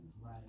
Right